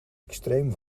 extreem